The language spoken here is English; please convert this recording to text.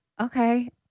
okay